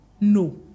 No